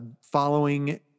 following